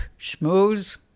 Schmooze